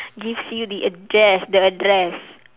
gives you the address the address